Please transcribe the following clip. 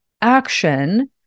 action